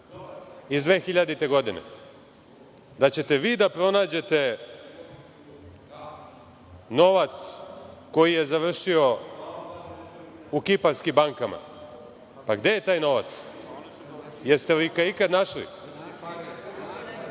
iz 2000. godine, da ćete vi da pronađete novac koji je završio u kiparskim bankama? Gde je taj novac? Da li ste ga ikad našli?